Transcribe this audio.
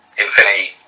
Infinity